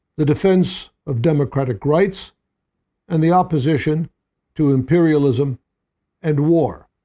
the defense of democratic rights and the opposition to imperialism and war.